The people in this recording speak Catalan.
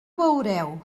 veureu